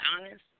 honest